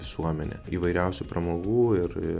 visuomenę įvairiausių pramogų ir